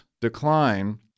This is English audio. decline